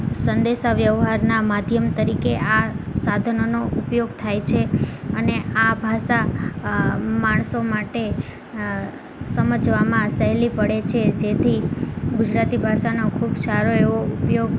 સંદેશાવ્યવહારનાં માધ્યમ તરીકે આ સાધનોનો ઉપયોગ થાય છે અને આ ભાષા માણસો માટે સમજવામાં સહેલી પડે છે જેથી ગુજરાતી ભાષાનો ખૂબ સારો એવો ઉપયોગ